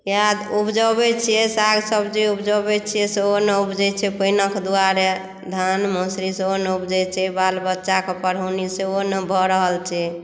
प्याज उपजबै छियै साग सब्जी उपजबै छियै सेहो नहि उपजै छै पानिक दुआरे धान मसुरी सेहो नहि उपजै छै बाल बच्चाकेँ पढ़ौनी सेहो नहि भऽ रहल छै